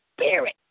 spirit